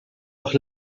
doch